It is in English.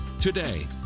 today